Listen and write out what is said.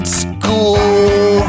school